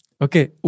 Okay